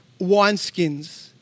wineskins